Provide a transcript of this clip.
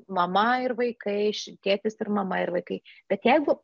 mama ir vaikai ši tėtis ir mama ir vaikai bet jeigu